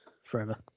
forever